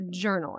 journaling